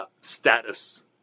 status